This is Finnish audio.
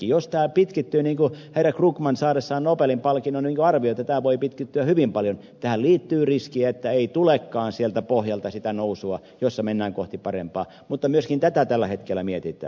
jos tämä pitkittyy niin kuin herra krugman saadessaan nobelin palkinnon arvioi että tämä voi pitkittyä hyvin paljon tähän liittyy riski että ei tulekaan sieltä pohjalta sitä nousua jossa mennään kohti parempaa mutta myöskin tätä tällä hetkellä mietitään